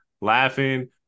laughing